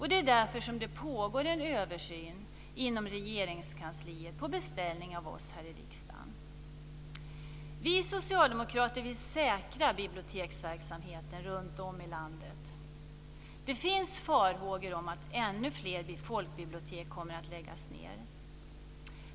Det är därför som det pågår en översyn inom Regeringskansliet på beställning av oss här i riksdagen. Vi socialdemokrater vill säkra biblioteksverksamheten runtom i landet. Det finns farhågor om att ännu fler folkbibliotek kommer att läggas ned.